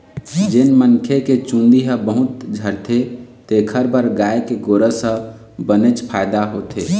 जेन मनखे के चूंदी ह बहुत झरथे तेखर बर गाय के गोरस ह बनेच फायदा होथे